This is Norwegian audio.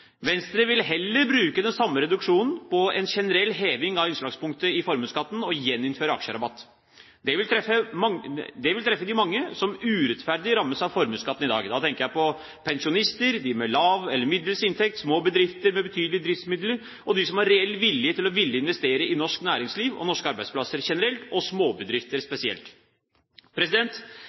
Venstre vil heller bruke den samme reduksjonen på en generell heving av innslagspunktet i formuesskatten og gjeninnføre aksjerabatt. Det vil treffe de mange som urettferdig rammes av formuesskatten i dag. Da tenker jeg på pensjonister, de med lav eller middels inntekt, små bedrifter med betydelige driftsmidler og de som har reell vilje til å ville investere i norsk næringsliv og norske arbeidsplasser generelt – og småbedrifter spesielt.